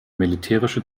militärische